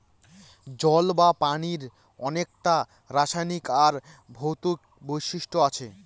জল বা পানির অনেককটা রাসায়নিক আর ভৌতিক বৈশিষ্ট্য আছে